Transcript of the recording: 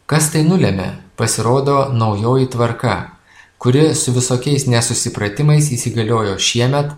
kas tai nulemia pasirodo naujoji tvarka kuri su visokiais nesusipratimais įsigaliojo šiemet